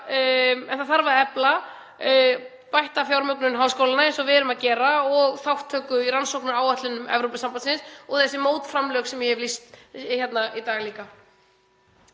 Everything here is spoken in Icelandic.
en það þarf að efla bætta fjármögnun háskólanna eins og við erum að gera og þátttöku í rannsóknaáætlunum Evrópusambandsins og þessi mótframlög sem ég hef líka lýst hér í dag.